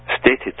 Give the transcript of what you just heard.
stated